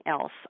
else